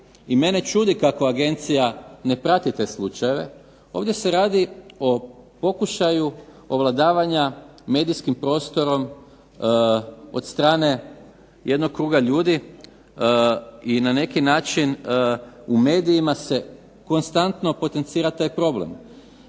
i mene čudi kako agencija ne prati te slučajeve, ovdje se radi o pokušaju ovladavanja medijskim prostorom od strane jednog kruga ljudi i na neki način u medijima se konstantno potencira taj problem.